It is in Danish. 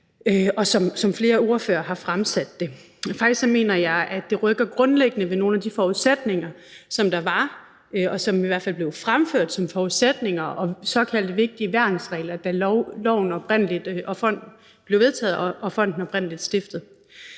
og som flere ordførere har fremsat det. Faktisk mener jeg, at det rykker grundlæggende ved nogle af de forudsætninger, som der var, og som i hvert fald blev fremført som forudsætninger og såkaldte vigtige værnsregler, da loven oprindelig blev vedtaget og fonden oprindelig blev stiftet.